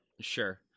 Sure